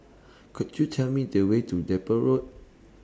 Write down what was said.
Could YOU Tell Me The Way to Depot Road